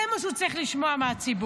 זה מה שהוא צריך לשמוע מהציבור?